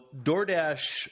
DoorDash